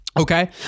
Okay